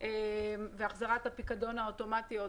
והחזרת הפיקדון האוטומטיות.